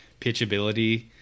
pitchability